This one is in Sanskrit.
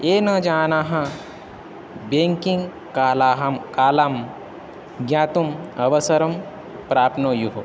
येन जनाः बेङ्किङ्ग् कलाहं कालं ज्ञातुम् अवसरं प्राप्नुयुः